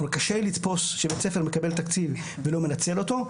קשה לי לתפוס שבית ספר מקבל תקציב ולא מנצל אותו.